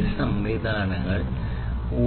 ഈ സംവിധാനങ്ങൾക്ക്